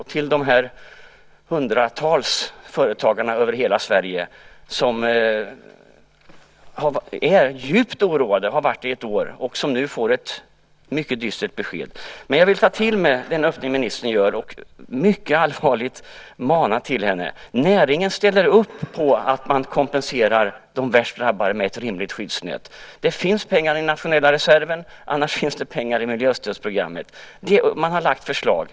De hundratals företagare över hela Sverige har varit djupt oroade i ett år får nu ett mycket dystert besked. Men jag tar till mig den öppning som ministern lämnar, och jag vill rikta en allvarlig uppmaning till henne. Näringen ställer upp på att man kompenserar de värst drabbade med ett rimligt skyddsnät. Det finns pengar i den nationella reserven, och annars finns pengar i miljöstödsprogrammet. Det har lagts fram förslag.